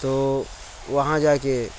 تو وہاں جا کے